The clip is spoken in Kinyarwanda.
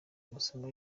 amasomo